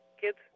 kids